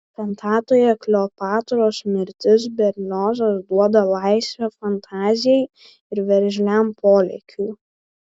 kantatoje kleopatros mirtis berliozas duoda laisvę fantazijai ir veržliam polėkiui